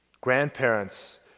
Grandparents